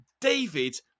David